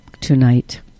tonight